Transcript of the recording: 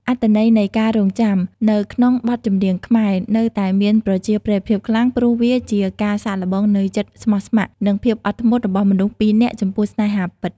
អត្ថន័យនៃ "ការរង់ចាំ" នៅក្នុងបទចម្រៀងខ្មែរ នៅតែមានប្រជាប្រិយភាពខ្លាំង ព្រោះវាជាការសាកល្បងនូវចិត្តស្មោះស្ម័គ្រ និងភាពអត់ធ្មត់របស់មនុស្សពីរនាក់ចំពោះស្នេហាពិត។